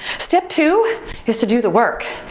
step two is to do the work.